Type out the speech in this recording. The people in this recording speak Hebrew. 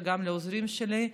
וגם לעוזרים שלי.